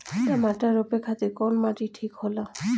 टमाटर रोपे खातीर कउन माटी ठीक होला?